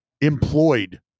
employed